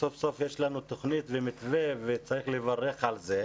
סוף סוף יש לנו תוכנית ומתווה וצריך לברך על זה.